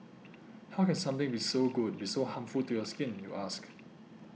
how can something be so good be so harmful to your skin you ask